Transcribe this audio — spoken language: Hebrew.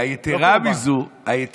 לא קורבן.